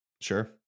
Sure